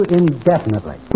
indefinitely